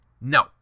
no